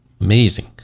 amazing